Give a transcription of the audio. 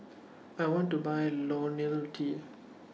I want to Buy Ionil T